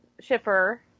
shipper